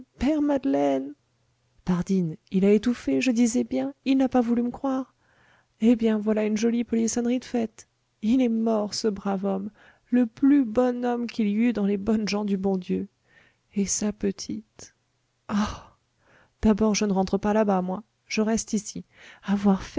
père madeleine pardine il a étouffé je disais bien il n'a pas voulu me croire eh bien voilà une jolie polissonnerie de faite il est mort ce brave homme le plus bon homme qu'il y eût dans les bonnes gens du bon dieu et sa petite ah d'abord je ne rentre pas là-bas moi je reste ici avoir